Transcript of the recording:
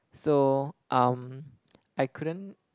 so um I couldn't